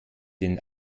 den